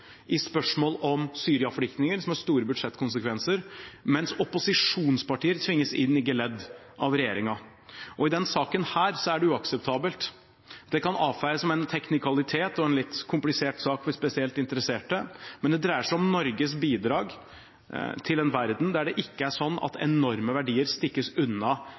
i spørsmål om Syria-flyktninger, som har store budsjettkonsekvenser, mens opposisjonspartier tvinges inn i geledd av regjeringen. I denne saken er det uakseptabelt. Det kan avfeies som en teknikalitet og en litt komplisert sak for spesielt interesserte, men det dreier seg om Norges bidrag til en verden der det ikke er sånn at enorme verdier stikkes unna